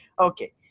Okay